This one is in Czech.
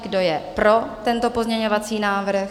Kdo je pro tento pozměňovací návrh?